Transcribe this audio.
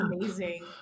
amazing